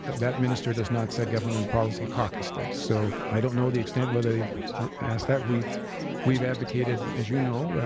that minister does not set government policy, caucus does. so i don't know the extent whether they've asked that. we've we've advocated, as you know, yeah